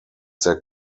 their